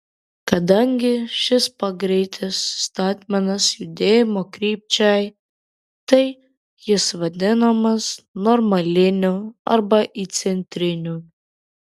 kadangi šis pagreitis statmenas judėjimo krypčiai tai jis vadinamas normaliniu arba įcentriniu